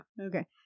okay